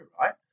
right